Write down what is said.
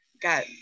got